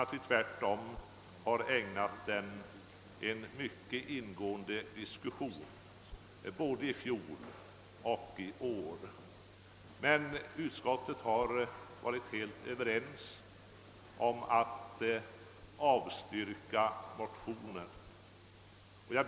Vi har tvärtom ägnat den en mycket ingående diskussion i år liksom i fjol, men utskottet har varit helt enigt om att avstyrka motionen. Herr talman!